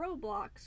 Roblox